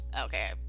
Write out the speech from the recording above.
okay